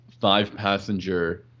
five-passenger